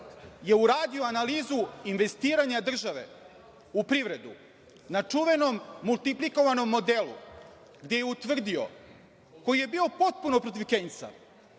je uradio analizu investiranja države u privredu na čuvenom multiplikovanom modelu gde je utvrdio, koji je bio potpuno protiv Kejnsa,